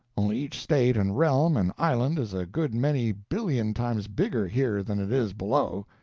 only each state and realm and island is a good many billion times bigger here than it is below.